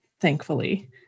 thankfully